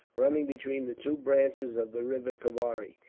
running between the two branches of the river kavari.